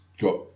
got